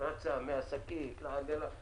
היא רצה מהשקית לעגלה,